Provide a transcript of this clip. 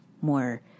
more